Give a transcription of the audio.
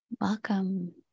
Welcome